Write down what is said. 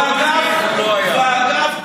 אם זה היה תלוי בי, זה לא היה.